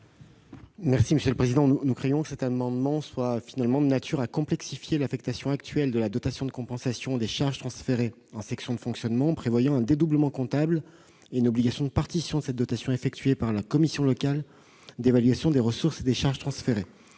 du Gouvernement ? Nous craignons que cet amendement ne soit de nature à complexifier l'affectation actuelle de la dotation de compensation des charges transférées en section de fonctionnement, en prévoyant un dédoublement comptable et une obligation de partition de cette dotation effectuée par la commission locale d'évaluation des ressources et des charges transférées.